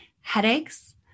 Headaches